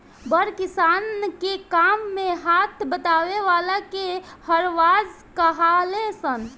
बड़ किसान के काम मे हाथ बटावे वाला के हरवाह कहाले सन